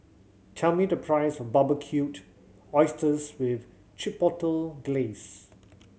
tell me the price of Barbecued Oysters with Chipotle Glaze